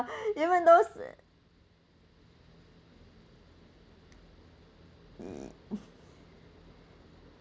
even those mm